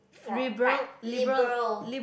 for like liberal